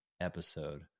episode